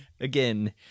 again